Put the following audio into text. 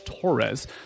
Torres